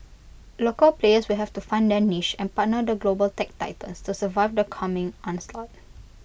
local players will have to find their niche and partner the global tech titans to survive the coming onslaught